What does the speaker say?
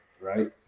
Right